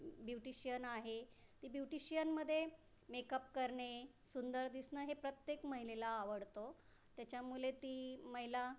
beautician आहे ती ब्युटिशियनमध्ये मेकअप करणे सुंदर दिसणं हे प्रत्येक महिलेला आवडतो त्याच्यामुळे ती महिला